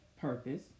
purpose